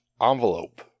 envelope